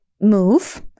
move